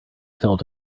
felt